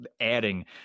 adding